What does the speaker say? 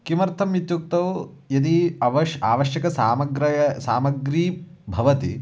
किमर्थम् इत्युक्तौ यदि अवश् आवश्यकसामग्र्यः सामग्री भवति